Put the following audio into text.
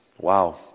Wow